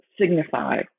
signify